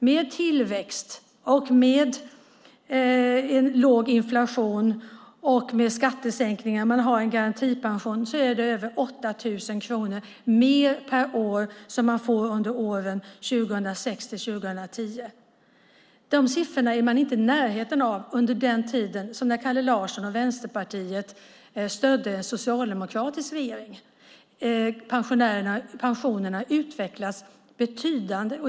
Med tillväxt, låg inflation och skattesänkningar handlar det för en garantipensionär om över 8 000 kronor mer per år under åren 2006-2010. De siffrorna var man inte i närheten av under den tid som Kalle Larsson och Vänsterpartiet stödde en socialdemokratisk regering. Pensionerna utvecklas betydande.